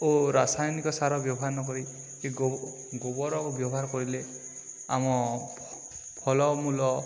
ଓ ରାସାୟନିକ ସାର ବ୍ୟବହାର ନକରି ଏ ଗୋବର ବ୍ୟବହାର କରିଲେ ଆମ ଫଳମୂଳ